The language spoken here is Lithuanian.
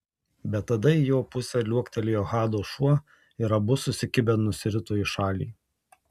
bet tada į jo pusę liuoktelėjo hado šuo ir abu susikibę nusirito į šalį